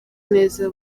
neza